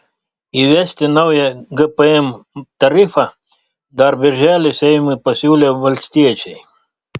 įvesti naują gpm tarifą dar birželį seimui pasiūlė valstiečiai